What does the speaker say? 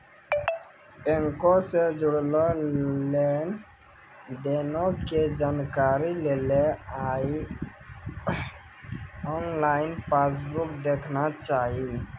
बैंको से जुड़लो लेन देनो के जानकारी लेली आनलाइन पासबुक देखना चाही